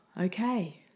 okay